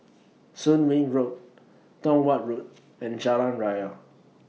Soon Wing Road Tong Watt Road and Jalan Raya